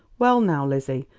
well, now, lizzie,